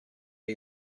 you